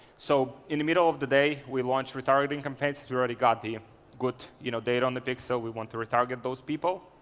so in the middle of the day, we launched retargeting campaigns. we already got the good you know data on the dig, so we want to retarget those people.